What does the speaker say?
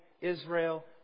Israel